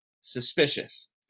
suspicious